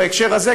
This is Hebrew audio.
בהקשר הזה,